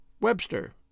Webster